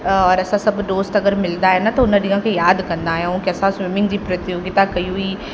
और असां सभु दोस्त अगरि मिलंदा आहिनि त हुन ॾींहुं खे याद कंदा आहियूं कि असां स्विमिंग जी प्रतियोगिता कई हुई